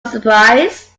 surprise